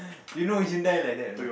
you know Hyundai like that